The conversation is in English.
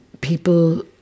people